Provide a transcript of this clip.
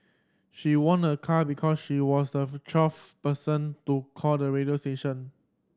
she won a car because she was the twelfth person to call the radio station